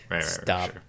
stop